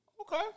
Okay